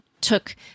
took